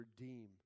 redeem